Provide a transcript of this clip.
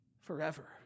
forever